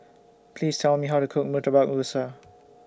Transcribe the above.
Please Tell Me How to Cook Murtabak Rusa